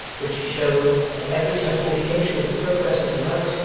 which he showed, at every such indication of the progress of the night,